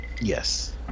Yes